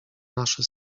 nasze